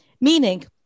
Meaning